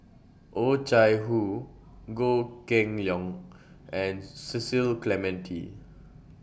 Oh Chai Hoo Goh Kheng Long and Cecil Clementi